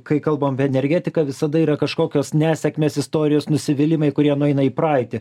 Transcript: kai kalbam apie energetiką visada yra kažkokios nesėkmės istorijos nusivylimai kurie nueina į praeitį